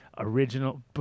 original